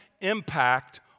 impact